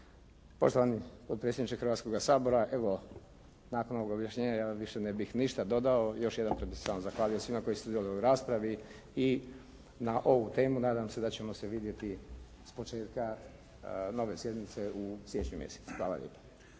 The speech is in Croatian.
Poštovani potpredsjedniče Hrvatskoga sabora evo nakon ovog objašnjenja ja vam više ne bih ništa dodao. Još jedan puta bih se samo zahvalio svima koji su sudjelovali u raspravi i na ovu temu nadam se da ćemo se vidjeti s početka nove sjednice u siječnju mjesecu. Hvala lijepa.